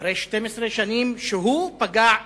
אחרי 12 שנים שהוא פגע בפלסטינים.